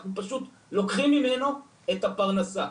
אנחנו פשוט לוקחים ממנו את הפרנסה.